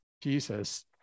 Jesus